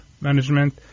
management